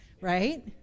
right